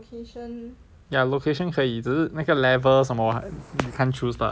ya location 可以只是那个 level 什么 you can't choose lah